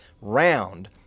round